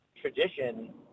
tradition